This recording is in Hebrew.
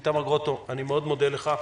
איתמר גרוטו, אני מאוד מודה לך.